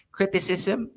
Criticism